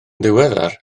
ddiweddar